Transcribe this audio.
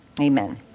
amen